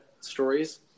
stories